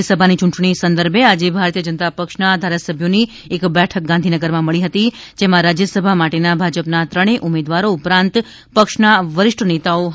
રાજ્ય સભાની યૂંટણી સંદર્ભે આજે ભારતીય જનતા પક્ષા ધારાસભ્યોની એક બેઠક ગાંધીનગરમાં મળી હતી જેમાં રાજ્યસભા માટેના ભાજપના ત્રણેય ઉમેદવારો ઉપરાંત પક્ષના વરીષ્ઠા નેતાઓ હજાર રહ્યા હતા